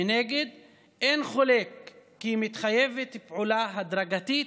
מנגד אין חולק כי מתחייבת פעולה הדרגתית,